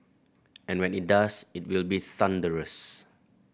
and when it does it will be thunderous